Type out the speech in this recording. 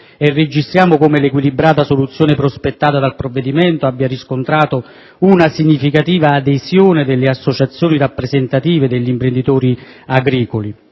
registriamo come l'equilibrata soluzione prospettata dal provvedimento abbia riscontrato una significativa adesione delle associazioni rappresentative degli imprenditori agricoli.